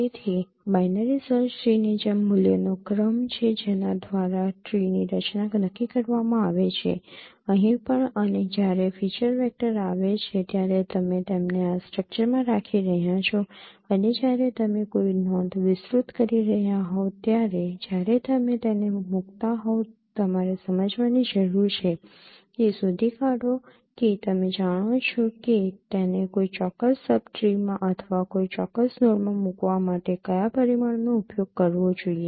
તેથી binary search tree ની જેમ મૂલ્યોનો ક્રમ છે જેના દ્વારા ટ્રીની રચના નક્કી કરવામાં આવે છે અહીં પણ અને જ્યારે ફીચર વેક્ટર આવે છે ત્યારે તમે તેમને આ સ્ટ્રક્ચરમાં રાખી રહ્યા છો અને જ્યારે તમે કોઈ નોંધ વિસ્તૃત કરી રહ્યા હોવ ત્યારે જ્યારે તમે તેને મૂકતા હોવ તમારે સમજવાની જરૂર છે તે શોધી કાઢો કે તમે જાણો છો કે તેને કોઈ ચોક્કસ સબ ટ્રીમાં અથવા કોઈ ચોક્કસ નોડમાં મૂકવા માટે કયા પરિમાણનો ઉપયોગ કરવો જોઈએ